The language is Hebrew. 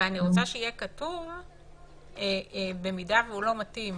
אבל אני רוצה שיהיה כתוב שאם הוא לא מתאים